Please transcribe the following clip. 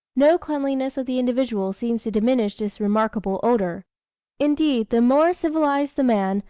no cleanliness of the individual seems to diminish this remarkable odour indeed, the more civilised the man,